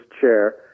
chair